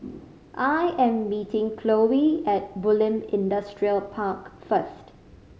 I am meeting Chloe at Bulim Industrial Park first